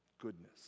Goodness